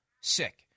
sick